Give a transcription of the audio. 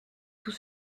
tout